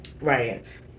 Right